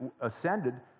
ascended